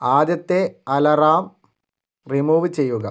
ആദ്യത്തെ alarm remove ചെയ്യുക